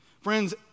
Friends